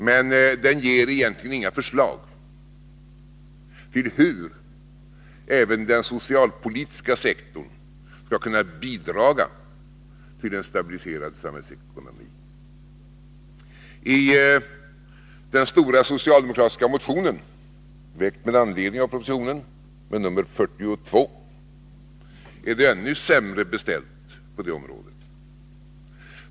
Men den ger egentligen inga förslag till hur även den socialpolitiska sektorn skall kunna bidra till en stabiliserad samhällsekonomi. I den stora socialdemokratiska motionen, nr 42, väckt med anledning av propositionen, är det ännu sämre beställt på det området.